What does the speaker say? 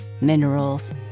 minerals